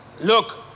Look